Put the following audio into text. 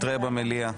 נתראה במליאה.